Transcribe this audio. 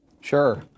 Sure